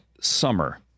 summer